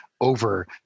over